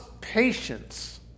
patience